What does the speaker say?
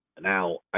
Now